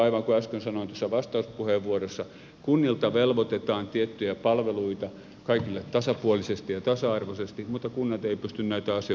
aivan kuten äsken sanoin tuossa vastauspuheenvuorossa kunnilta velvoitetaan tiettyjä palveluita kaikille tasapuolisesti ja tasa arvoisesti mutta kunnat eivät pysty näitä asioita järjestämään